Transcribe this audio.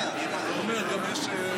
אני מנוע מלהגיב.